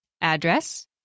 address